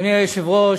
אדוני היושב-ראש,